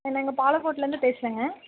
நாங்கள் பாலக்கோட்டில் இருந்து பேசுகிறேங்க